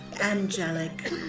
angelic